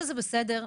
שזה בסדר,